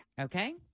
Okay